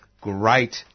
great